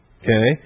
okay